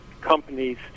companies